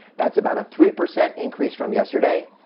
that's about a three percent increase from yesterday.